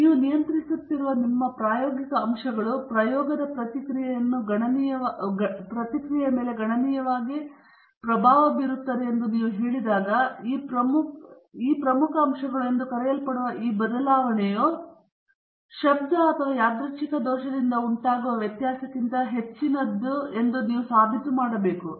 ಆದ್ದರಿಂದ ನೀವು ನಿಯಂತ್ರಿಸುತ್ತಿರುವ ನಿಮ್ಮ ಪ್ರಾಯೋಗಿಕ ಅಂಶಗಳು ಪ್ರಯೋಗದ ಪ್ರತಿಕ್ರಿಯೆಯನ್ನು ಗಣನೀಯವಾಗಿ ಪ್ರಭಾವ ಬೀರುತ್ತವೆ ಎಂದು ನೀವು ಹೇಳಿದಾಗ ಈ ಪ್ರಮುಖ ಅಂಶಗಳು ಎಂದು ಕರೆಯಲ್ಪಡುವ ಈ ಬದಲಾವಣೆಯು ಶಬ್ಧ ಅಥವಾ ಯಾದೃಚ್ಛಿಕ ದೋಷದಿಂದ ಉಂಟಾಗುವ ವ್ಯತ್ಯಾಸಕ್ಕಿಂತ ಹೆಚ್ಚಿರುವುದನ್ನು ನೀವು ಸಾಬೀತು ಮಾಡಬೇಕು